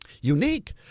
unique